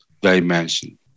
dimension